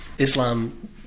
Islam